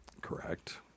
Correct